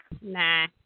Nah